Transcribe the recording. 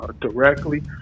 directly